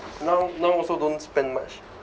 now now also don't spend much